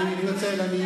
אני מתנצל.